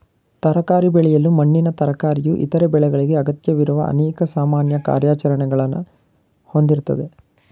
ತರಕಾರಿ ಬೆಳೆಯಲು ಮಣ್ಣಿನ ತಯಾರಿಕೆಯು ಇತರ ಬೆಳೆಗಳಿಗೆ ಅಗತ್ಯವಿರುವ ಅನೇಕ ಸಾಮಾನ್ಯ ಕಾರ್ಯಾಚರಣೆಗಳನ್ನ ಹೊಂದಿರ್ತದೆ